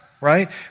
right